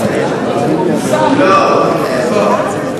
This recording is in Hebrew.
גם הערות פרקטיות, לשנות לקומיסר.